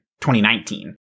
2019